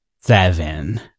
seven